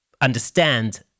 understand